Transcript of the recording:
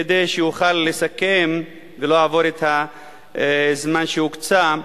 כדי שאוכל לסכם ולא אעבור את הזמן שהוקצה,